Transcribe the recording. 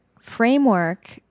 framework